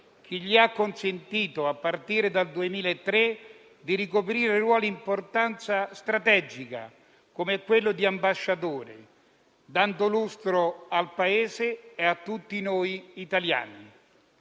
che gli ha consentito, a partire dal 2003, di ricoprire ruoli di importanza strategica, come quello di ambasciatore, dando lustro al Paese e a tutti noi italiani.